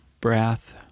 breath